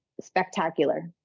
spectacular